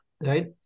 right